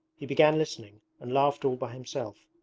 he began listening, and laughed all by himself.